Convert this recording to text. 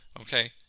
Okay